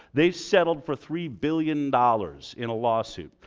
they've settled for three billion dollars in a lawsuit.